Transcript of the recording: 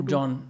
John